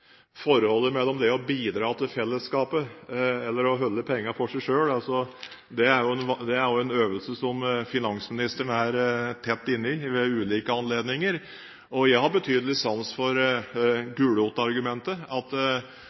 forholdet mellom det å bidra til fellesskapet og det å holde pengene for seg selv, at det er en øvelse som finansministeren er tett inne i ved ulike anledninger. Jeg har betydelig sans for gulrotargumentet – at